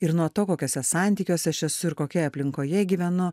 ir nuo to kokiuose santykiuose aš esu ir kokioje aplinkoje gyvenu